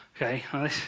Okay